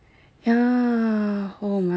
yeah oh my